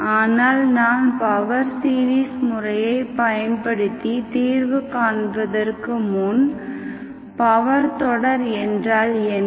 ஆனால் நான் power series முறையைப் பயன்படுத்தி தீர்வு காண்பதற்கு முன் பவர் தொடர் என்றால் என்ன